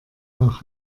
nach